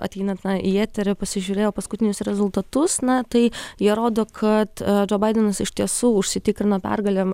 ateinant na į eterį pasižiūrėjau paskutinius rezultatus na tai jie rodo kad džo baidenas iš tiesų užsitikrino pergalę